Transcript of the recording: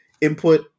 input